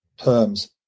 Perms